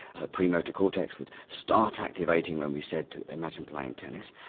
her premotor cortex would start activating when we said to imagine playing tennis.